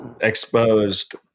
exposed